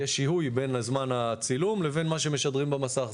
יהיה שיהוי בין זמן הצילום לבין מה שמשדרים במסך.